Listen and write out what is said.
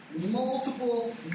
Multiple